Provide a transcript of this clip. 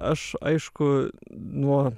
aš aišku nuo